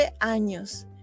años